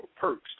perks